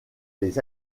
les